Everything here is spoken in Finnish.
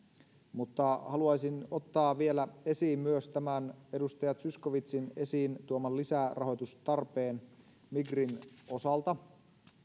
mutta haluaisin ottaa vielä esiin myös tämän edustaja zyskowiczin esiin tuoman lisärahoitustarpeen migrin osalta